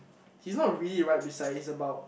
he's not really right beside is about